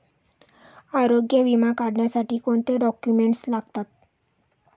आरोग्य विमा काढण्यासाठी कोणते डॉक्युमेंट्स लागतात?